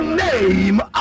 name